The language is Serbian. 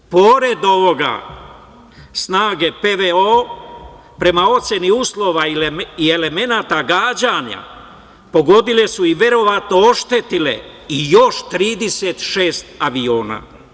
Pored ovog, snage PVO prema oceni uslova i elemenata gađanja pogodile su i verovatno oštetile i još 36 aviona.